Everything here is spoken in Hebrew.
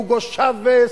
הוגו צ'אווס,